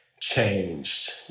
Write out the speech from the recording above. changed